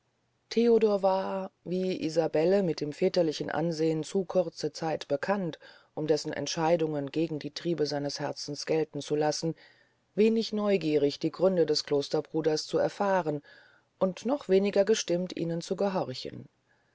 theodor war wie isabelle mit dem väterlichen ansehn zu kurze zeit bekannt um dessen entscheidungen gegen die triebe seines herzens gelten zu lassen wenig neugierig die gründe des klosterbruders zu erfahren und noch weniger gestimmt ihnen zu gehorchen